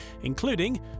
including